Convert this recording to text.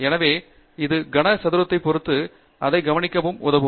எனவே அது கன சதுரத்தை பொறுத்து அதை கவனிக்கவும் உதவும்